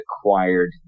acquired